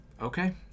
okay